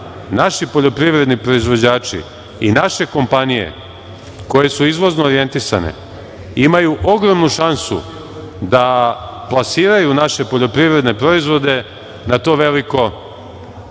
naši poljoprivredni proizvođači i naše kompanije koje su izvozno orjentisane imaju ogromnu šansu da plasiraju naše poljoprivredne proizvode na to veliko